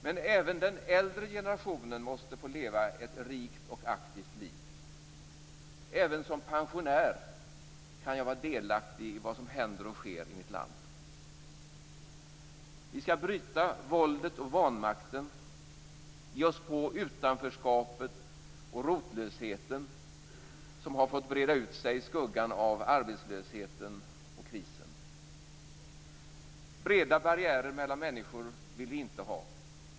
Men även den äldre generationen måste få leva ett rikt och aktivt liv. Även den som är pensionär kan vara delaktig i vad som händer och sker i hans land. Vi skall bryta våldet och vanmakten, ge oss på utanförskapet och rotlösheten, som har fått breda ut sig i skuggan av arbetslösheten och krisen. Breda barriärer mellan människor vill vi inte ha.